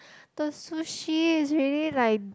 the sushi is really like